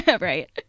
Right